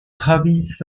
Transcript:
travis